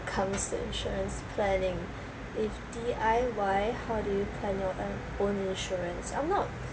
comes to insurance planning if D_I_Y how do you plan your own insurance I'm not